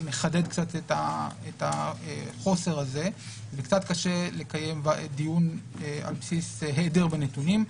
מחדד קצת את החוסר הזה וקצת קשה לקיים דיון על בסיס היעדר בנתונים.